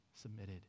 submitted